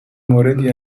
موردی